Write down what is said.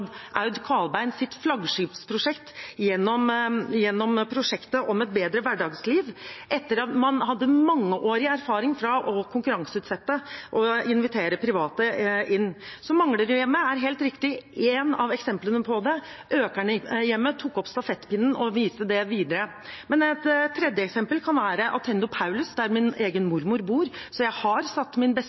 Aud Kvalbein sitt flaggskipsprosjekt gjennom prosjektet om et bedre hverdagsliv, etter at man hadde mangeårig erfaring fra å konkurranseutsette og invitere private inn. Manglerudhjemmet er helt riktig et av eksemplene på det, og Økernhjemmet tok opp stafettpinnen og viser det videre. Et tredje eksempel kan være Attendo Paulus, der min egen mormor bor – så jeg har satt min